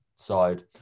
side